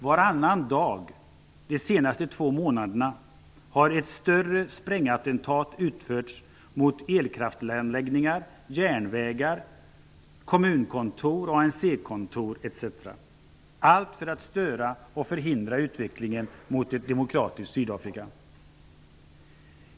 Varannan dag de senaste två månaderna har ett större sprängattentat utförts mot elkraftsanläggningar, järnvägar, kommunkontor, ANC-kontor, etc. -- allt för att störa och förhindra utvecklingen mot ett demokratiskt Sydafrika.